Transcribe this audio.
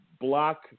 block